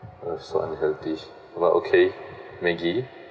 uh so unhealthy but okay maggi